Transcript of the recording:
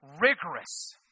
rigorous